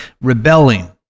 rebelling